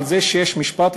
על זה שיש משפט,